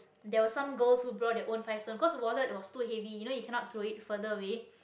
there was some girls who brought their own five stone 'cause wallet was too heavy you know you cannot throw it further away